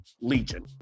Legion